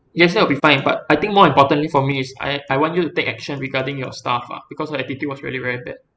yes that will be fine but I think more importantly for me is I I want you to take action regarding your staff ah because her attitude was really very bad